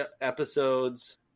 episodes